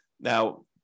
Now